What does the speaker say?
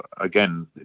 again